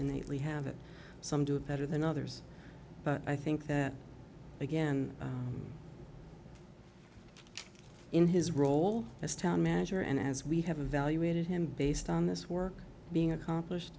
innately have it some do it better than others but i think that again in his role as town manager and as we have evaluated him based on this work being accomplished